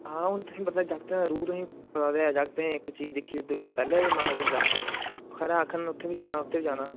आं हुन तुहें पता जागतें दा रूह तुहेंगी पता ते ऐ जागतें एक्क चीज दिक्खी दुए दा पैहले गै मन आई जंदा खरै आक्खन उत्थै बी जाना उत्थै बी जाना